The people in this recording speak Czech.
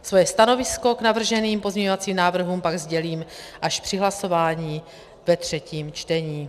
Svoje stanovisko k navrženým pozměňovacím návrhům pak sdělím až při hlasování ve třetím čtení.